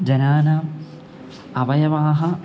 जनानाम् अवयवाः